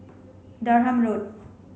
Durham Road